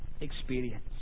experience